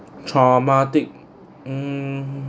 traumatic mm